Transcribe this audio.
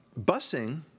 busing